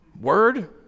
word